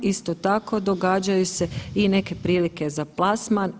Isto tako događaju se i neke prilike za plasman.